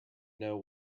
know